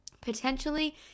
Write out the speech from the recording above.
potentially